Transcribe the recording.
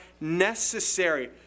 necessary